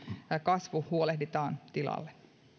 kasvu huolehditaan tilalle